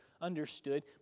understood